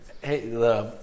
Hey